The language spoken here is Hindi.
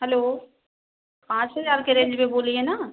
हलो पाँच हजार के रेंज में बोलिए न